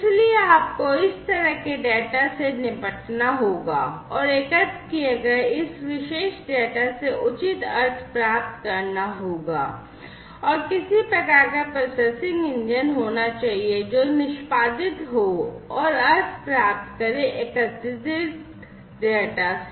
इसलिए आपको इस तरह के डेटा से निपटना होगा और एकत्र किए गए इस विशेष डेटा से उचित अर्थ प्राप्त करना होगा किसी प्रकार का प्रोसेसिंग इंजन होना चाहिए जो निष्पादित हो और अर्थ प्राप्त करे एकत्रित डेटा से